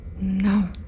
No